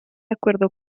acuerdo